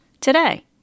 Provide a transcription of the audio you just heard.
today